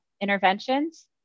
interventions